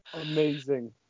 Amazing